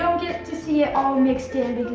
get to see it all mixed in.